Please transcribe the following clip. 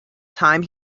time